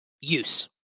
use